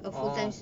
orh